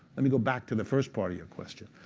let me go back to the first part of your question.